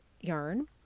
yarn